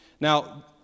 Now